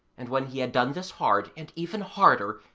and when he had done this hard, and even harder,